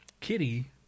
Kitty